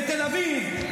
בתל אביב,